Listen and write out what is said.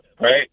right